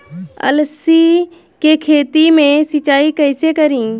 अलसी के खेती मे सिचाई कइसे करी?